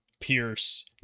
pierce